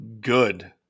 good